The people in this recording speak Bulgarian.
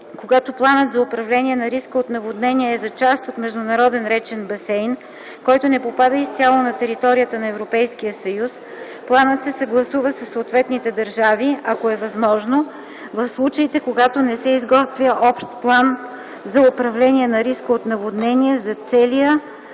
Когато планът за управление на риска от наводнения е за част от международен речен басейн, който не попада изцяло на територията на Европейския съюз, планът се съгласува със съответните държави, ако е възможно, в случаите, когато не се изготвя общ план за управление на риска от наводнения за целия